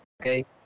okay